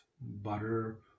butter